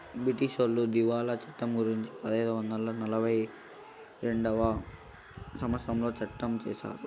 బ్రిటీసోళ్లు దివాళా చట్టం గురుంచి పదైదు వందల నలభై రెండవ సంవచ్చరంలో సట్టం చేశారు